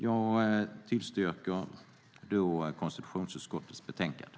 Jag yrkar bifall till konstitutionsutskottets förslag i betänkandet.